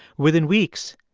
within weeks,